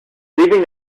leaving